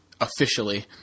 officially